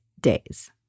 days